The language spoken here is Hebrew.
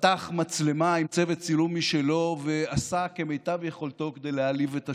פתח מצלמה עם צוות צילום משלו ועשה כמיטב יכולתו להעליב את השני.